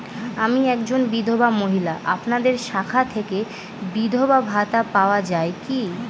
আমি একজন বিধবা মহিলা আপনাদের শাখা থেকে বিধবা ভাতা পাওয়া যায় কি?